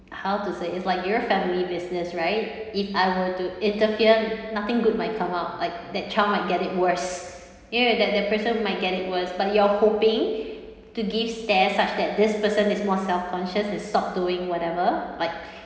how to say it's like your family business right if I were to interfere nothing good might come up like that child might get it worse you know that that person might get it worse but you're hoping to gives stares such that this person is more self conscious and stop doing whatever like